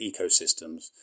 ecosystems